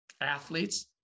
athletes